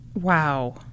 Wow